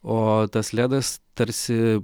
o tas ledas tarsi